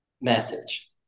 message